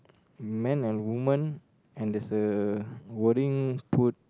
man and woman and there's a wording put